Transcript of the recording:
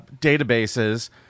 databases